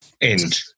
end